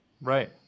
right